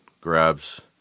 grabs